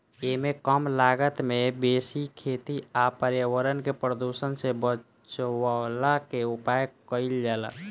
एमे कम लागत में बेसी खेती आ पर्यावरण के प्रदुषण से बचवला के उपाय कइल जाला